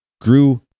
grew